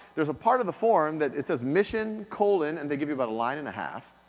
there's a part of the form that it says mission, colon, and they give you about a line and a half.